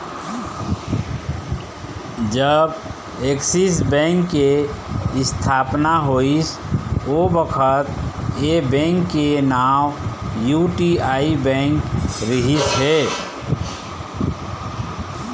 जब Axis bank के इस्थापना होइस ओ बखत ऐ बेंक के नांव यूटीआई बेंक रिहिस हे